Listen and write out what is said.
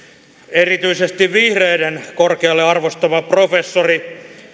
erityisesti vihreiden korkealle arvostama professori